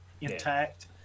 intact